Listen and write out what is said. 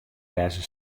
wêze